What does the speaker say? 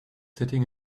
sitting